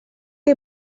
que